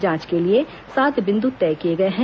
जांच के लिए सात बिंद तय किए गए हैं